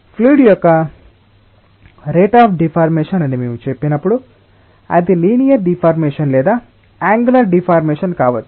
fluid యొక్క rate of deformation అని మేము చెప్పినప్పుడు అది లినియర్ డిఫార్మేషన్ లేదా అన్గులర్ డిఫార్మేషన్ కావచ్చు